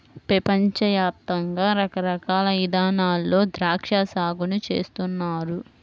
పెపంచ యాప్తంగా రకరకాల ఇదానాల్లో ద్రాక్షా సాగుని చేస్తున్నారు